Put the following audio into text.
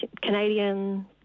Canadian